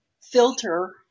filter